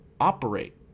operate